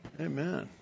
Amen